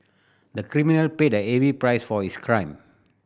the criminal paid a heavy price for his crime